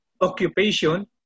occupation